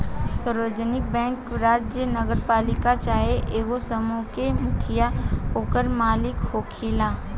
सार्वजानिक बैंक में राज्य, नगरपालिका चाहे एगो समूह के मुखिया ओकर मालिक होखेला